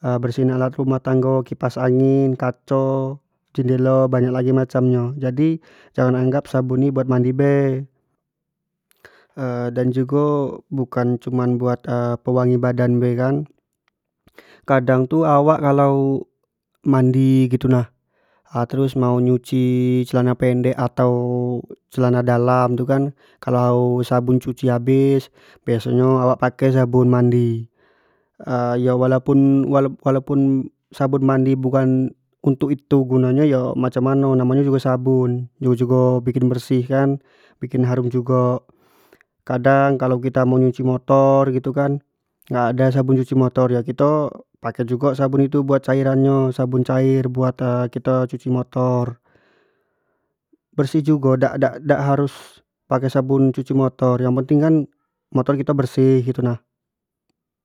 bersih kana lat rumah tango, kipas angin, kaco, jendelo banyak lagi macam nyo jadi jangan anggap sabun ne buat mandi be, dan jugo bukan cuma buat pewangi badan be kan, kadang tu awak kalau mandi gitu nah terus mau nyuci celan pendek atau celana dalam tu kan, kalu sabun cuci nyo habis baiso nyo awak pakai pakai sabu mandi, yo walaupun-walaupun sabun mandi bukan untuk itu guno nyo tu yo macam mano, namo nyo jugo sabun, jug-jugo bikin bersih kan bikin harum jugo. kadang kalau ita mau cuci motor gitu kan dak ada sabun cuci motor nyo yo kito pake jugo sabun itu buat cairan nyo, sabun cair buat kito cuci motor, bersih jugo dak harus pake sabun cuci motor yang penting motor kito bersih.